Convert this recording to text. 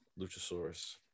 Luchasaurus